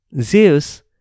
Zeus